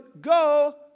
go